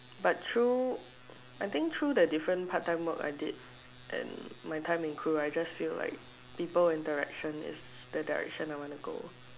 but through I think through the different part time work I did and my time in crew I just feel like people interaction is the direction I want to go